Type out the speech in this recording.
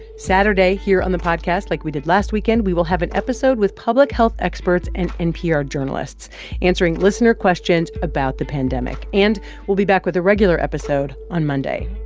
saturday here on the podcast, like we did last weekend, we will have an episode with public health experts and npr journalists answering listener questions about the pandemic. and we'll be back with a regular episode on monday.